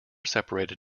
separate